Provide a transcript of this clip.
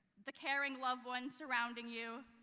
the caring loved ones surrounding you,